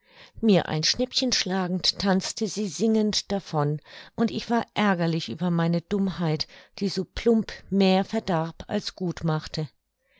mir ein schnippchen schlagend tanzte sie singend davon und ich war ärgerlich über meine dummheit die so plump mehr verdarb als gut machte